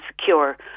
secure